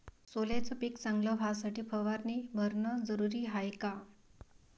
सोल्याचं पिक चांगलं व्हासाठी फवारणी भरनं जरुरी हाये का?